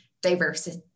diversity